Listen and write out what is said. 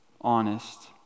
honest